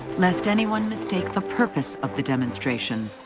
lest anyone mistake the purpose of the demonstration,